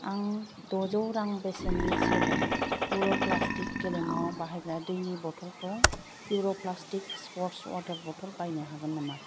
आं द'जौ रां बेसेननि सोल' पुर' प्लास्टिक गेलेमुआव बाहायग्रा दैनि बथलखौ पिउर' प्बालास्यटिक स्पर्टस वाटार बथल बायनो हागोन नामा